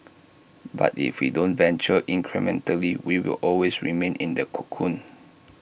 but if we don't venture incrementally we will always remain in the cocoon